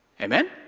Amen